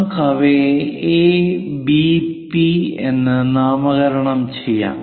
നമുക്ക് അവയെ A P B A P B എന്ന് നാമകരണം ചെയ്യാം